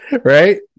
Right